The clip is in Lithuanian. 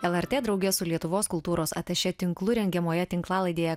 lrt drauge su lietuvos kultūros atašė tinklu rengiamoje tinklalaidėje